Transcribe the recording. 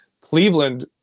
Cleveland